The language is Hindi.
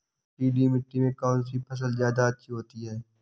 पीली मिट्टी में कौन सी फसल ज्यादा अच्छी होती है?